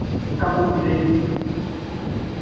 ꯀꯥꯡꯄꯣꯛꯄꯤꯗꯩꯅꯦ